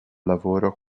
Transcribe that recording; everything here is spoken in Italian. lavoro